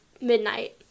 midnight